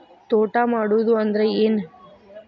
ತೋಟ ಮಾಡುದು ಅಂದ್ರ ಏನ್?